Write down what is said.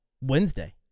Wednesday